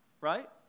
right